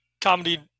comedy